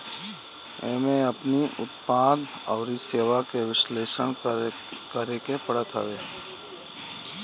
एमे अपनी उत्पाद अउरी सेवा के विश्लेषण करेके पड़त हवे